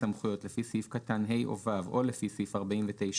סמכויות לפי סעיף קטן (ה) או (ו) או לפי סעיף 49ב,